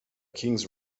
kings